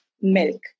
milk